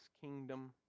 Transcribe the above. kingdom